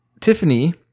Tiffany